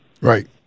Right